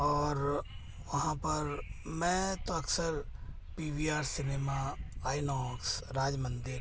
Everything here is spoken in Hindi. और वहाँ पर मैं तो अक्सर P V R cinema INOX Raj मंदिर